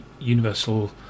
universal